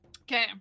Okay